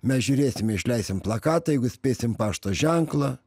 mes žiūrėsime išleisim plakatą jeigu spėsim pašto ženklą